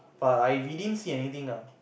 but I we didn't see anything now